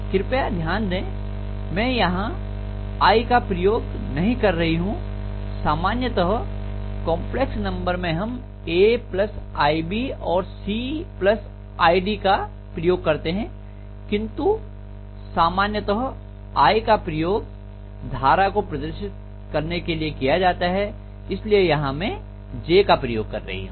कृपया ध्यान दें मैं यहां i का प्रयोग नहीं कर रही हो सामान्यतः कंपलेक्स नंबर में हम aib और c id का प्रयोग करते हैं किंतु सामान्यतः i का प्रयोग धारा को प्रदर्शित करने के लिए किया जाता हैइसलिए यहां में j का प्रयोग कर रही हूं